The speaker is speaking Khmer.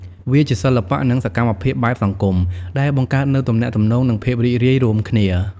វាជាសិល្បៈ និងសកម្មភាពបែបសង្គម ដែលបង្កើតនូវទំនាក់ទំនង និងភាពរីករាយរួមគ្នា។